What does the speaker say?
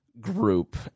group